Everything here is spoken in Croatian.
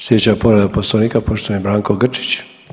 Sljedeća je povreda Poslovnika poštovani Branko Grčić.